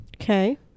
Okay